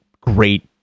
great